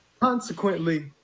Consequently